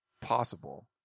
possible